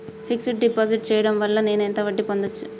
Fix డ్ deposit చేయటం వల్ల నేను ఎంత వడ్డీ పొందచ్చు?